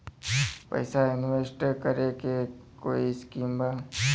पैसा इंवेस्ट करे के कोई स्कीम बा?